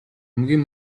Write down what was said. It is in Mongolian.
хамгийн